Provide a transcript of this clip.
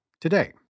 today